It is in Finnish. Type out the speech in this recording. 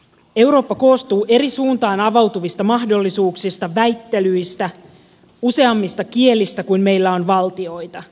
eurooppa koostuu eri suuntaan avautuvista mahdollisuuksista väittelyistä useammista kielistä kuin meillä on valtioita